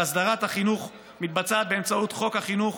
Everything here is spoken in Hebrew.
והסדרת החינוך מתבצעת באמצעות חוק החינוך,